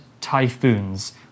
typhoons